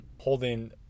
holding